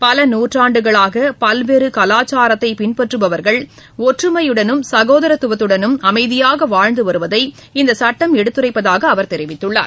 பல நூற்றாண்டுகளாக பல்வேறு கலாச்சாரத்தை பின்பற்றபவர்கள் ஒற்றுமையுடனும் சகோதாரத்துடனும் அமைதியாக வாழ்ந்து வருவதை இந்த சட்டம் எடுத்துரைப்பதாக அவர் தெரிவித்துள்ளார்